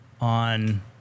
on